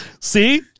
See